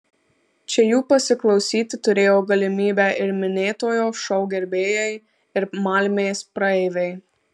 čia jų pasiklausyti turėjo galimybę ir minėtojo šou gerbėjai ir malmės praeiviai